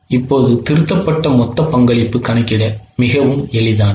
இப்போது திருத்தப்பட்ட மொத்த பங்களிப்பு கணக்கிட மிகவும் எளிதானது